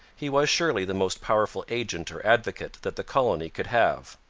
he was surely the most powerful agent or advocate that the colony could have.